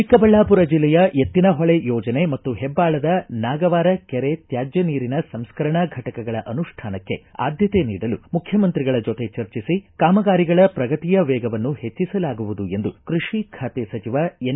ಚಿಕ್ಕಬಳ್ಳಾಪುರ ಬೆಲ್ಲೆಯ ಎತ್ತಿನಹೊಳೆ ಯೋಜನೆ ಮತ್ತು ಹೆಬ್ಬಾಳದ ನಾಗವಾರ ಕೆರೆ ತ್ಯಾಜ್ಯ ನೀರಿನ ಸಂಸ್ಕರಣಾ ಫಟಕಗಳ ಅನುಷ್ಠಾನಕ್ಕೆ ಆದ್ದತೆ ನೀಡಲು ಮುಖ್ಯಮಂತ್ರಿಗಳ ಜೊತೆ ಚರ್ಚಿಸಿ ಕಾಮಗಾರಿಗಳ ಪ್ರಗತಿಯ ವೇಗವನ್ನು ಹೆಚ್ಚಿಸಲಾಗುವುದು ಎಂದು ಕೃಷಿ ಖಾತೆ ನೂತನ ಸಚಿವ ಎನ್